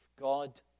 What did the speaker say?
God